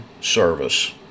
service